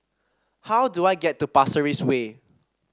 how do I get to Pasir Ris Way